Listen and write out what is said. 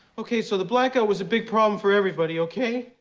okay, so the blackout was a big problem for everybody, okay?